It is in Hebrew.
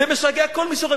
זה משגע כל מי שרואה.